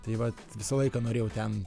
tai vat visą laiką norėjau ten